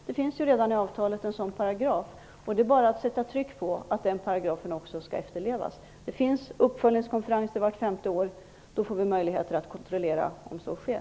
Det finns redan en paragraf härom i avtalet, och det är bara att sätta tryck på att den paragrafen skall efterlevas. Det genomförs uppföljningskonferenser vart femte år, och då får vi möjligheter att kontrollera om så sker.